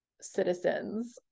citizens